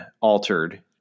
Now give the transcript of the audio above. altered